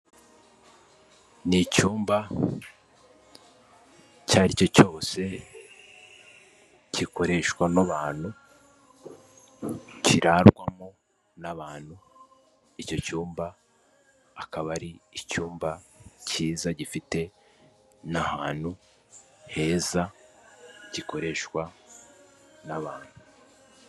Ni icyumba icyo ari cyo cyose gikoreshwa n'abantu, kirarwamo n'abantu, icyo cyumba akaba ari icyumba cyiza gifite n'ahantu heza, gikoreshwa n'abantu.